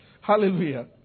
Hallelujah